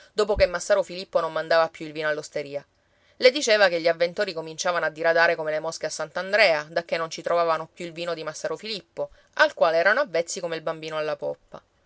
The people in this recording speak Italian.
dopo che massaro filippo non mandava più il vino all'osteria le diceva che gli avventori cominciavano a diradare come le mosche a sant'andrea dacché non ci trovavano più il vino di massaro filippo al quale erano avvezzi come il bambino alla poppa